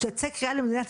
מחנות פליטים במדינות